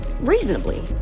reasonably